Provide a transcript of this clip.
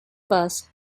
bus